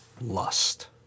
lust